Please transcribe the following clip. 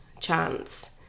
chance